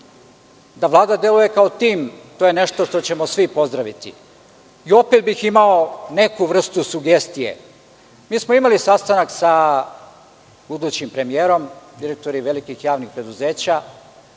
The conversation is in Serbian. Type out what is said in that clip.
Da Vlada deluje kao tim, to je nešto što ćemo svi pozdraviti.I opet bih imao neku vrstu sugestije. Mi smo imali sastanak sa budućim premijerom, direktori velikih javnih preduzeća,